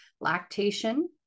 lactation